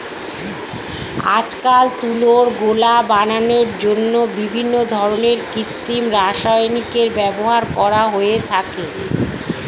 আজকাল তুলোর গোলা বানানোর জন্য বিভিন্ন ধরনের কৃত্রিম রাসায়নিকের ব্যবহার করা হয়ে থাকে